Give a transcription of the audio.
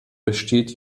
besteht